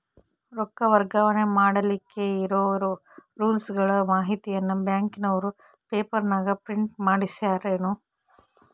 ರೊಕ್ಕ ವರ್ಗಾವಣೆ ಮಾಡಿಲಿಕ್ಕೆ ಇರೋ ರೂಲ್ಸುಗಳ ಮಾಹಿತಿಯನ್ನ ಬ್ಯಾಂಕಿನವರು ಪೇಪರನಾಗ ಪ್ರಿಂಟ್ ಮಾಡಿಸ್ಯಾರೇನು?